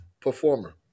performer